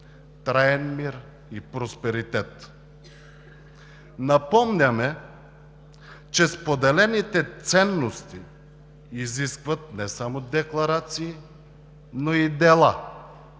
траен мир и просперитет. Напомняме, че споделените ценности изискват не само декларации, но и дела,